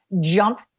jump